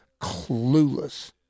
clueless